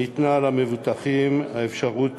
ניתנה למבוטחים האפשרות